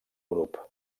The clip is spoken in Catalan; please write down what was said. grup